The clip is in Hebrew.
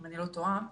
אני רוצה לציין,